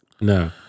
No